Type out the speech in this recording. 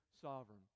sovereign